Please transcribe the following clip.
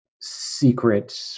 secret